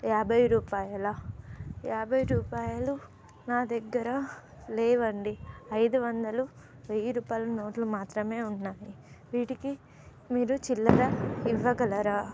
యాభై రూపాయల యాభై రూపాయలు నా దగ్గర లేవండి ఐదు వందలు వెయ్యి రూపాయలు నోట్లు మాత్రమే ఉన్నాయి వీటికి మీరు చిల్లర ఇవ్వగలరా